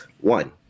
one